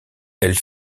elle